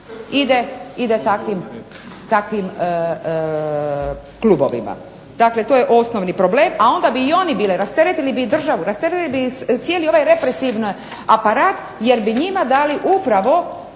ide takvim klubovima. Dakle to je osnovni problem, a onda bi i oni, rasteretili bi i državu, rasteretili bi cijeli ovaj represivni aparat, jer bi njima dali upravo